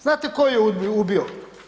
Znate tko je ubio?